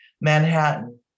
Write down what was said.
Manhattan